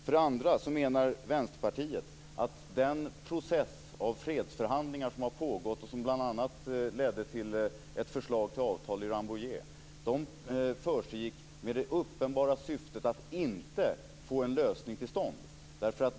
För det andra menar Vänsterpartiet att den process med fredsförhandlingar som pågått, som bl.a. ledde till ett förslag till avtal i Rambouillet, hade det uppenbara syftet att inte få någon lösning till stånd.